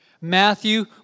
Matthew